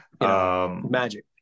magic